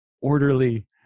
orderly